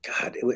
God